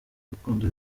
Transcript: urukundo